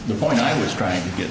the point i was trying to get